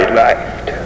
light